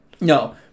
No